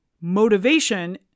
Motivation